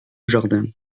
jardin